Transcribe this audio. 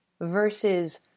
Versus